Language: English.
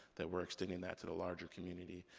that we're extending that to the larger community,